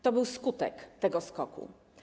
To był skutek tego skoku.